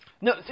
No